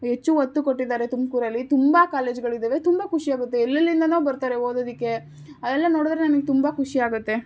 ಹೆಚ್ಚು ಒತ್ತು ಕೊಟ್ಟಿದ್ದಾರೆ ತುಮಕೂರಲ್ಲಿ ತುಂಬ ಕಾಲೇಜುಗಳಿದವೆ ತುಂಬ ಖುಷಿ ಆಗುತ್ತೆ ಎಲ್ಲೆಲ್ಲಿಂದನೋ ಬರ್ತಾರೆ ಓದೋದಕ್ಕೆ ಅದೆಲ್ಲ ನೋಡಿದ್ರೆ ನನಿಗೆ ತುಂಬ ಖುಷಿ ಆಗುತ್ತೆ